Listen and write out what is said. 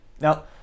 Now